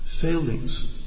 failings